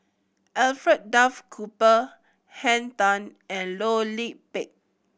Alfred Duff Cooper Henn Tan and Loh Lik Peng